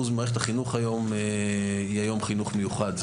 ממערכת החינוך היום זה חינוך מיוחד,